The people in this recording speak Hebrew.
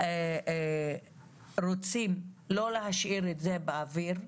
ואנחנו רוצים לא להשאיר את זה באוויר.